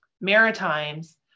Maritimes